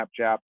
snapchat